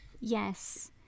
Yes